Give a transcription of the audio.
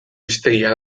hiztegia